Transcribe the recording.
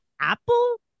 Apple